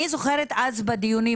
אני זוכרת אז בדיונים,